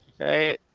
Okay